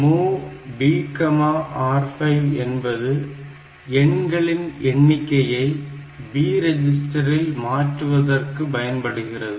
MOV BR5 என்பது எண்களின் எண்ணிக்கையை B ரெஜிஸ்டரில் மாற்றுவதற்கு பயன்படுகிறது